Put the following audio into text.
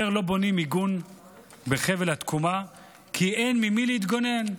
יותר לא בונים מיגון בחבל התקומה כי אין ממי להתגונן,